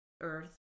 earth